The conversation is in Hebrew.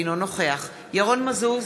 אינו נוכח ירון מזוז,